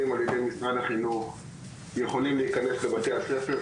על ידי משרד החינוך יכולים להיכנס לבתי הספר.